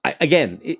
again